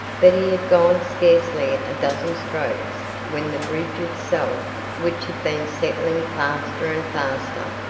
but he had gone scarcely a dozen strokes when the bridge itself, which had been settling faster and faster,